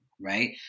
right